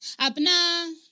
Abna